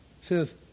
Says